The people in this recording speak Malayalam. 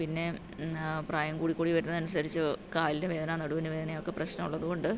പിന്നെ പ്രായം കൂടി കൂടി വരുന്നതനുസരിച്ച് കാലിന് വേദന നടുവിന് വേദന ഒക്കെ പ്രശ്നം ഉള്ളത് കൊണ്ട്